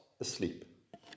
asleep